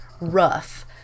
rough